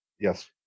Yes